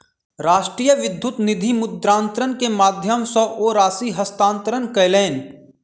राष्ट्रीय विद्युत निधि मुद्रान्तरण के माध्यम सॅ ओ राशि हस्तांतरण कयलैन